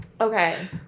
Okay